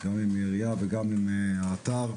גם עם העירייה וגם עם האתר,